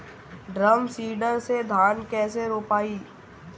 Drum seeder से धान कैसे रोपाई?